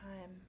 time